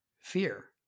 Fear